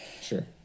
Sure